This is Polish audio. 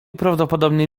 prawdopodobnie